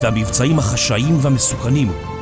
את המבצעים החשאיים והמסוכנים